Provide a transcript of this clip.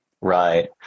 Right